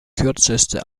kürzeste